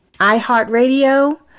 iHeartRadio